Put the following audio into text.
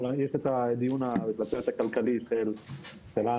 יש את הדיון לגבי ההיבט הכלכלי שלנו,